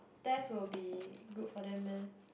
test will be good for them meh